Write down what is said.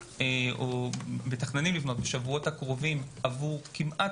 אנחנו מתכננים לבנות בשבועות הקרובים עבור כמעט